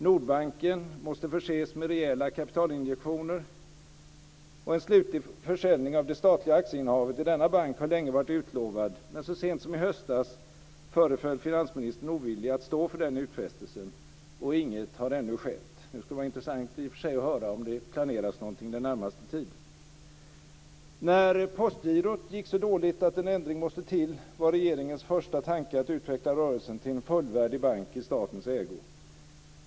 Nordbanken måste förses med rejäla kapitalinjektioner. En slutlig försäljning av det statliga aktieinnehavet i denna bank har länge varit utlovad, men så sent som i höstas föreföll finansministern ovillig att stå för den utfästelsen, och inget har ännu skett. Det skulle i och för sig vara intressant att höra om det planeras någonting under den närmaste tiden. När Postgirot gick så dåligt att en ändring måste till var regeringens första tanke att utveckla rörelsen till en fullvärdig bank i statens ägo.